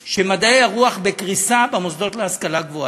שמדעי הרוח בקריסה במוסדות להשכלה גבוהה,